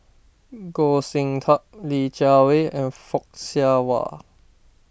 Goh Sin Tub Li Jiawei and Fock Siew Wah